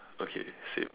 okay same